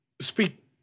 speak